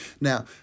Now